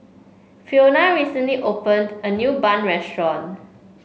Fiona recently opened a new Bun restaurant